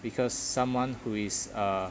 because someone who is uh